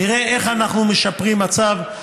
נראה איך אנחנו משפרים מצב,